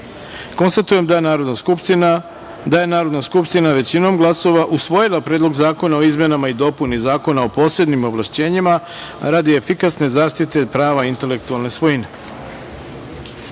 jedan. Konstatujem da je Narodna skupština većinom glasova usvojila Predlog zakona o izmenama i dopuni Zakona o posebnim ovlašćenjima radi efikasne zaštite prava intelektualne